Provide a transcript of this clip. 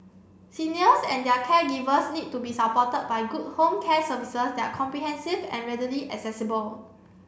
seniors and their caregivers need to be supported by good home care services that are comprehensive and readily accessible